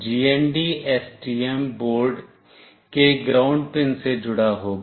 GND STM board के ground pin से जुड़ा होगा